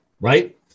Right